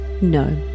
no